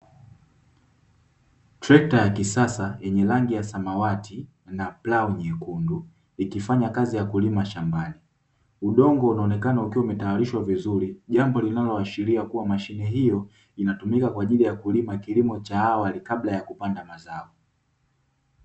Trekta la kisasa yenye rangi ya samawati na plau jekundu, ikifanya kazi ya kulima shambani. Udongo unaonekana ukiwa umetayarishwa vizuri, jamba kinaloashiria kuwa mashine hiyo inatumika kwa ajili ya kulima kilimo cha awali kabla ya kupanda mazao.